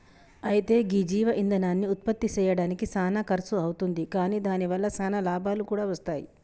అయితే గీ జీవ ఇందనాన్ని ఉత్పప్తి సెయ్యడానికి సానా ఖర్సు అవుతుంది కాని దాని వల్ల సానా లాభాలు కూడా వస్తాయి